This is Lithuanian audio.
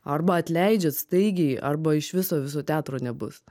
arba atleidžiat staigiai arba iš viso viso teatro nebus